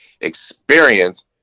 experience